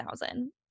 thousand